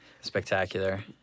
Spectacular